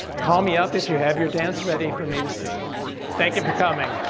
call me up if you have your dance ready for me to see. thank you for coming.